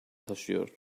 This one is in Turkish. taşıyor